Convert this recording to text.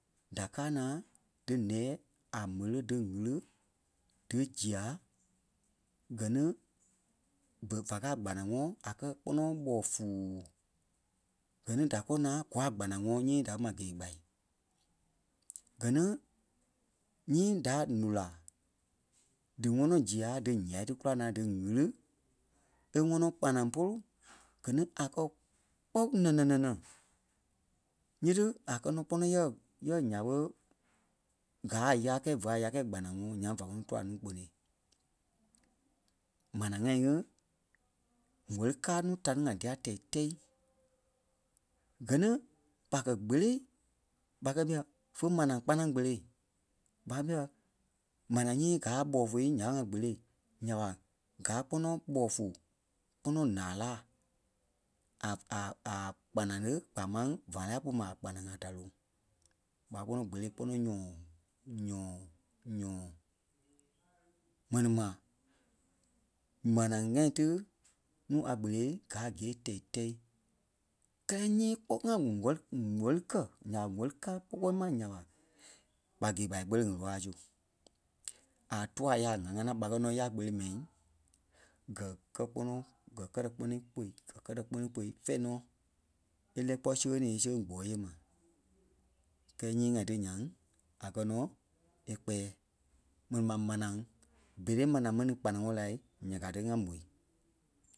da káa naa dí nɛɛ a m̀ele dí ɣili dí zia gɛ ni fe- và káa a kpanaŋɔɔ a gɛ̀ kpɔnɔ ɓɔɔ-fui. Gɛ ni da kɔɔ naa kɔɔ a kpanaŋɔɔ nyii da kɛ̀ mai ge-gbaa. Gɛ ni nyii da lula dí ŋɔnɔ zîa dí ǹya dí ɣili e ŋɔnɔ kpanaŋ pôlu gɛ ni a kɛ kpɔ́ nene-nenê nyiti a kɛ nɔ kpɔnɔ yɛ, yɛ́ nya ɓé gàa a ya kɛɛ fe a ya kɛɛ kpanaŋɔɔ nyaŋ va ŋɔnɔ tua núu kponôi. Manaa ŋai ŋí wɛ̀li kaa núu ta ní ŋai tɛi-tɛ́i. Gɛ ni ɓa kɛ́ kpele ɓa kɛ́ ɓîɛ vé manaa kpanaŋ kpele ɓa kɛ ɓîɛ manaa nyii gáa ɓɔɔ-fui nya ɓe ŋa kpele, nya ɓa gaa kpɔnɔ ɓɔɔ-fui, kpɔnɔ laa láa a- a- a- kpanaŋ ti kpaa máŋ fãai laɣɛ pú ma a kpanaŋ a da loŋ ɓa kpɔnɔ kpele kpɔnɔ nyɔ, nyɔ, nyɔ. Mɛni ma, manaa ŋai tí núu a kpelei gaa gîe tɛi-tɛ́i. Kɛ́lɛ nyii kpɔ́ ŋa wɛ́li- wɛ́li kɛ̀ nya ɓa wɛ́li káa kpɔ́ kpɔɔi ma nya ɓa, ɓa ge-gbaa kpele ɣele-waa su a tua ya a ŋa ŋanaa ɓa kɛ́ nɔ ya kpele mɛi gɛ̀ kɛ̀ kpɔnɔ gɛ̀ kɛtɛ kpɔnɔ íkôi, gɛ̀ kɛtɛ kpɔnɔ ikôi fɛ̂ɛ nɔ é lɛ́ɛ kpɔ́ sẽŋ-ni e sẽŋ gbɔyêei mai. Kɛɛ nyii ŋai ti nyaŋ a kɛ̀ nɔ é kpɛ̂ɛ. Mɛni ma manaa berei manaa mɛni kpananɔɔ la ya ka ti ŋa ḿôi.